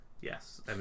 yes